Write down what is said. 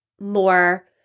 more